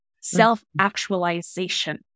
self-actualization